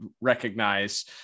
recognize